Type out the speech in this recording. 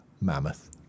mammoth